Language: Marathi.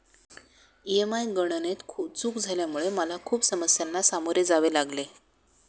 ई.एम.आय गणनेत चूक झाल्यामुळे मला खूप समस्यांना सामोरे जावे लागले